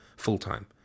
full-time